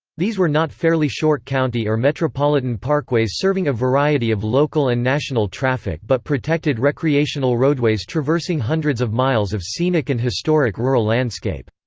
these were not fairly short county or metropolitan parkways serving a variety of local and national traffic but protected recreational roadways traversing hundreds of miles of scenic and historic rural landscape.